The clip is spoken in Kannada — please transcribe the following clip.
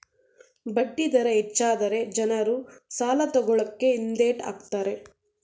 ಬಡ್ಡಿ ದರ ಹೆಚ್ಚಾದರೆ ಜನರು ಸಾಲ ತಕೊಳ್ಳಕೆ ಹಿಂದೆಟ್ ಹಾಕ್ತರೆ